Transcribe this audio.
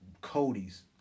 Cody's